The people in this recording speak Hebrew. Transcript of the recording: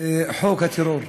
חוק הטרור,